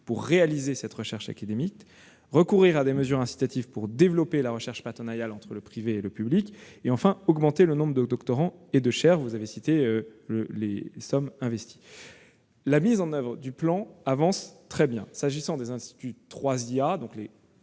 pour réaliser cette recherche académique ; recourir à des mesures incitatives pour développer la recherche partenariale entre le privé et le public ; et, enfin, augmenter le nombre de doctorants et de chaires- vous avez cité les sommes que nous y investissons. La mise en oeuvre du plan avance très bien. Les instituts